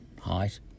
height